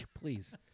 Please